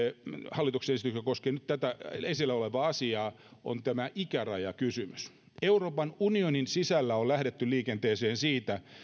hallituksen esityksessä ja koskee nyt tätä esillä olevaa asiaa eli tämä ikärajakysymys euroopan unionin sisällä on lähdetty liikenteeseen siitä